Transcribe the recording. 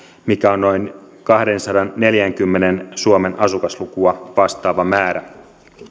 mikä on noin kahdensadanneljänkymmenen suomen asukaslukua vastaava määrä